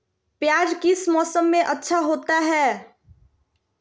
प्याज किस मौसम में अच्छा होता है?